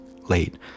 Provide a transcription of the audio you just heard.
late